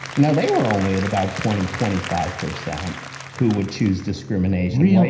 now they were only at about twenty twenty five percent who would choose discrimination-chris yeah